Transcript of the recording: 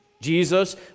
Jesus